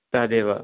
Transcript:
तदेव